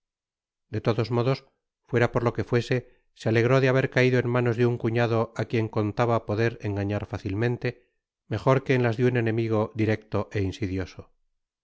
de todos modos fuera por le que fuese se alegró de haber caido en manos de un cunado á quien contaba poder engañar facilmente mejor que en las de un enemigo directo é insidioso